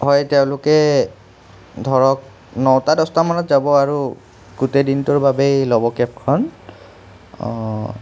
হয় তেওঁলোকে ধৰক নটা দহটা মানত যাব আৰু গোটেই দিনটোৰ বাবেই ল'ব কেবখন